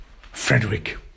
Frederick